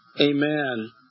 Amen